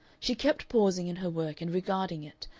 she kept pausing in her work and regarding it,